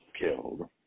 killed